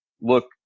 look